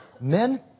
men